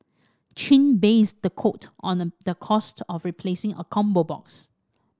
Chin based the quote on the cost of replacing a combo box